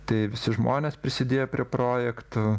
tai visi žmonės prisidėję prie projektų